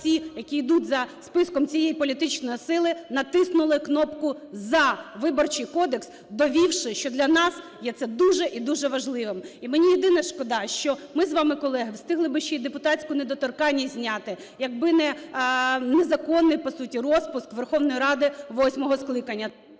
всі, які йдуть за списком цієї політичної сили, натиснули кнопку "за" Виборчий кодекс, довівши, що для нас є це дуже і дуже важливим. І мені єдине шкода, що ми з вами, колеги, встигли би ще й депутатську недоторканність зняти, якби не незаконний по суті розпуск Верховної Ради восьмого скликання.